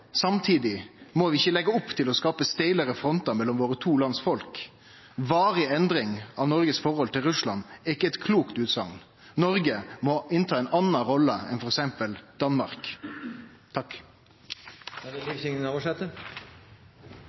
samtidig må vi ikkje leggje opp til å skape steilare frontar mellom våre to lands folk. Varig endring av Noreg sitt forhold til Russland er ikkje ei klok utsegn. Noreg må ta ei anna rolle enn f.eks. Danmark